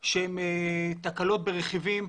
התקלות הן תקלות של רכיבים,